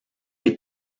les